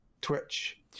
Twitch